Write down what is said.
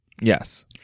yes